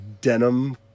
Denim